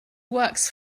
works